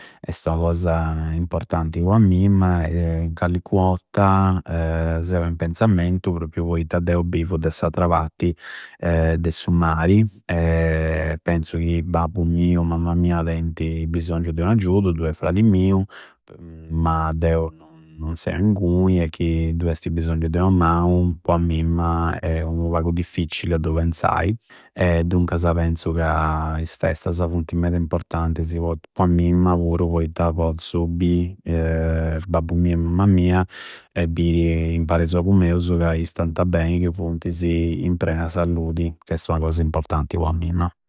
Esti ua cosa importanti po a mimma e in callucuna otta seu in penzamentu propriu poitta deu bivu de s'attra patti de su mari pensu che babbu miu e mamma mia teinti bisongiu de unu aggiudu du è fradi miu, ma deu non seu ingui e chi du esti bisongiu de ua mau po a mimma è unu pagu difficili a du penzai e duncasa penzu ca is festasa funti meda importantisi po a mimma puru poitta pozzu bì babbu miu e mamma mia e biri impari a is ogusu meusu ca istanta bei e chi funtisi in prea salludi ca esti ua cosa importanti po a mimma.